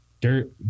Dirt